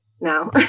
now